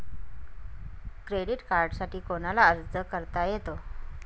Credit कार्डसाठी कोणाला अर्ज करता येतो?